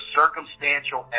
circumstantial